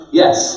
yes